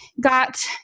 got